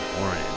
Orange